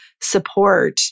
support